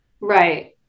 Right